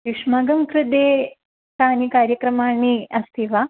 युष्माकं कृते कानि कार्यक्रमाणि अस्ति वा